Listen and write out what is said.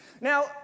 Now